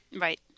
Right